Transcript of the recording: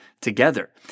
together